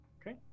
Okay